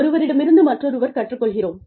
ஒருவரிடம் இருந்து மற்றொருவர் கற்றுக்கொள்கிறோம்